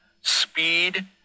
speed